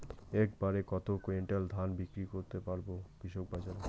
এক বাড়ে কত কুইন্টাল ধান বিক্রি করতে পারবো কৃষক বাজারে?